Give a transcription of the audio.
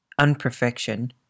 unperfection